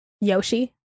yoshi